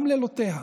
גם לילותיה.